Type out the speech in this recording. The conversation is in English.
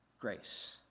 Grace